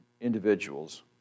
individuals